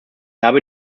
habe